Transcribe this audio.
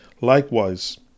Likewise